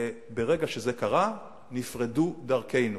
ברגע שזה קרה, נפרדו דרכינו,